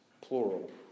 plural